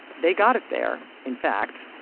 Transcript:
they got it there, in fact,